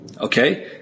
Okay